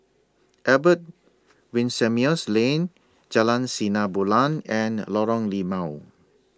Albert Winsemius Lane Jalan Sinar Bulan and Lorong Limau